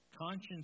Conscience